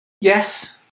yes